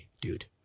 dude